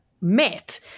met